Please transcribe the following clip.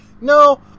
no